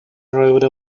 rode